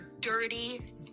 dirty